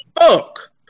fuck